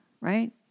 right